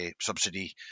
subsidy